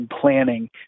planning